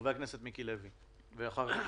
חבר הכנסת מיקי לוי, בבקשה.